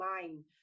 mind